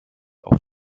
auf